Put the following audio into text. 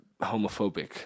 homophobic